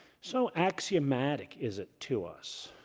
so axiomatic is it to us,